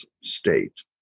state